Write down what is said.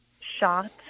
shot